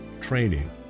training